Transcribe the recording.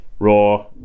raw